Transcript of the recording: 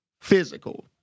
physical